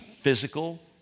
physical